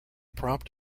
prompt